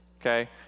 okay